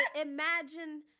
imagine